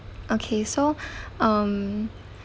okay so um